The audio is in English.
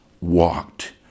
walked